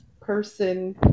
person